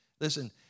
Listen